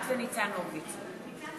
ניצן,